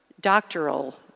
doctoral